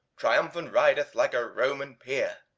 triumphant rideth like a roman peer,